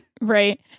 Right